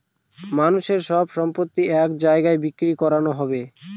মানুষের সব সম্পত্তি এক জায়গায় বিক্রি করানো হবে